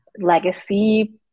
legacy